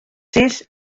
sis